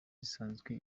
risanzwe